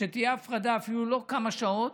אפילו לא כמה שעות,